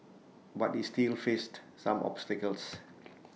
but he still faced some obstacles